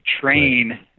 train